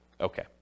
Okay